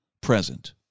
present